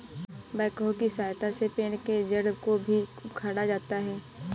backhoe की सहायता से पेड़ के जड़ को भी उखाड़ा जाता है